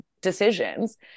decisions